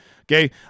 okay